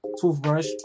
Toothbrush